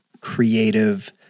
creative